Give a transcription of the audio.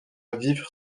vivre